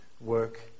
work